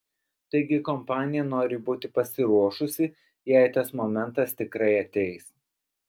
taigi kompanija nori būti pasiruošusi jei tas momentas tikrai ateis